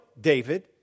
David